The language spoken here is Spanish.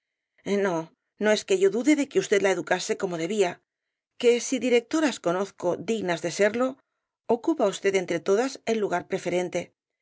no no es que yo dude de que usted la educase como debía que si directoras conozco dignas de serlo ocupa usted entre todas el lugar preferente